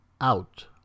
out